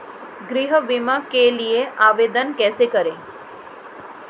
गृह बीमा के लिए आवेदन कैसे करें?